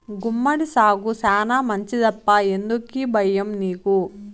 గుమ్మడి సాగు శానా మంచిదప్పా ఎందుకీ బయ్యం నీకు